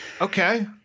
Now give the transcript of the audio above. Okay